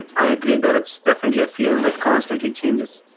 and i agree that it's definitely a field that constantly changes.